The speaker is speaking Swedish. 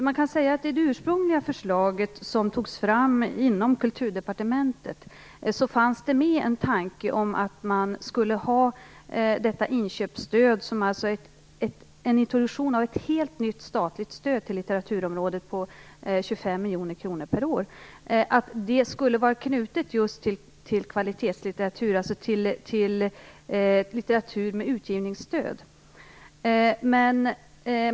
Fru talman! I det ursprungliga förslaget som togs fram inom Kulturdepartementet fanns en tanke om att detta inköpsstöd, som innebär en introduktion av ett helt nytt statligt stöd till litteraturområdet på 25 miljoner kronor per år, skulle vara knutet just till kvalitetslitteratur - litteratur med utgivningsstöd.